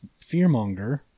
fearmonger